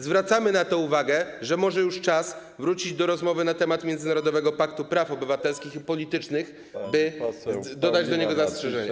Zwracamy uwagę na to, że może już czas wrócić do rozmowy na temat Międzynarodowego Paktu Praw Obywatelskich i Politycznych, by dodać do niego zastrzeżenia.